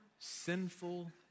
sinful